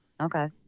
Okay